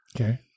okay